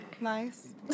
nice